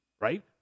right